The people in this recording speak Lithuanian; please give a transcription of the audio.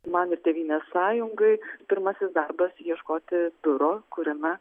man ir tėvynės sąjungai pirmasis darbas ieškoti turo kuriame